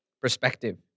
perspective